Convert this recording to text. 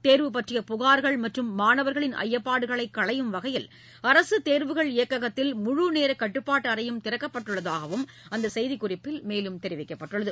தேர்வு பற்றிய புகார்கள் மற்றும் மாணவர்களின் ஐயப்பாடுகளைக் களையும் வகையில் அரசுத்தேர்வுகள் இயக்ககத்தில் முழு நேர கட்டுப்பாட்டு அறையும் திறக்கப்பட்டுள்ளதாக அந்த செய்திக்குறிப்பில் தெரிவிக்கப்பட்டுள்ளது